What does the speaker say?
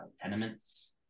tenements